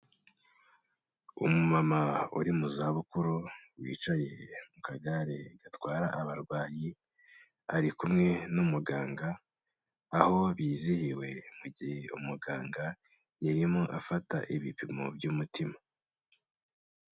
Umuma uri mu za bukuru wicaye mu kagare gatwara abarwayi, ari kumwe n'umuganga aho bizihiwe mu gihe umuganga yarimo afata ibipimo by'umutima.